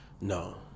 no